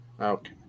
Okay